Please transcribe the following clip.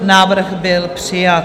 Návrh byl přijat.